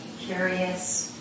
curious